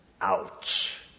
Ouch